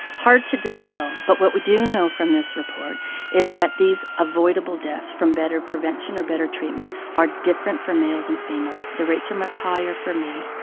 hard to distil. but what we do know from this report is that these avoidable deaths from better prevention or better treatment are different for males and females. the rates are much higher for men.